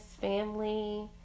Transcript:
family